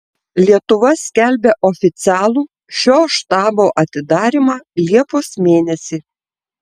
lietuva skelbia oficialų šio štabo atidarymą liepos mėnesį